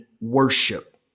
worship